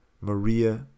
Maria